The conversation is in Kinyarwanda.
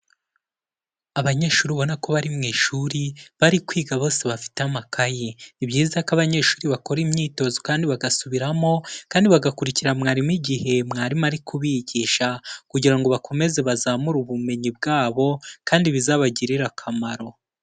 Abanyeshuri ubona ko bari mu ishuri bari kwiga bose bafite amakayi, ni byiza ko abanyeshuri bakora imyitozo kandi bagasubiramo kandi bagakurikira mwarimu igihe mwarimu ari kubigisha kugira ngo bakomeze bazamure ubumenyi bwabo kandi bizabagirire akamaro.